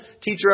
Teacher